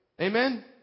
Amen